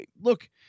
Look